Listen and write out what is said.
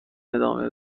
ادامه